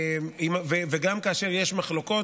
וגם כאשר יש מחלוקות,